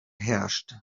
herrscht